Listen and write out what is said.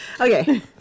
Okay